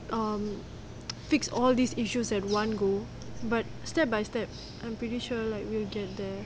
um fix all these issues at one go but step by step I'm pretty sure like we'll get there